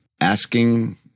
asking